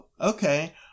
okay